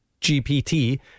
GPT